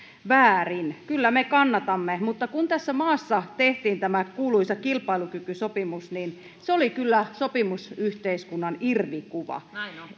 väärin kyllä me kannatamme mutta kun tässä maassa tehtiin tämä kuuluisa kilpailukykysopimus niin se oli kyllä sopimusyhteiskunnan irvikuva